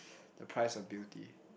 the price of beauty